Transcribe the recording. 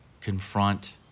confront